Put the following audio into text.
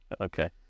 Okay